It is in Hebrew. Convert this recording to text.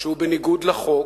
שהוא בניגוד לחוק,